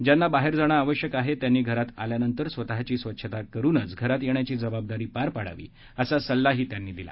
ज्यांना बाहेर जाणे आवश्यक आहे त्यांनी घरात आल्यानंतर स्वतःची स्वच्छता करूनच घरात येण्याची जबाबदारी पार पाडावी असंही ते म्हणाले